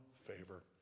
favor